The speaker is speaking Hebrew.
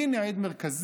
הינה עד מרכזי,